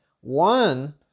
One